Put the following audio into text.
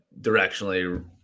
directionally